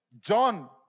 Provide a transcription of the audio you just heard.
John